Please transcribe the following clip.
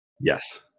Yes